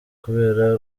kubera